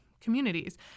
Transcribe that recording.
communities